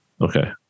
Okay